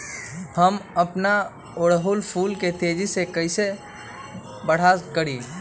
हम अपना ओरहूल फूल के तेजी से कई से बड़ा करी?